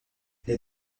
les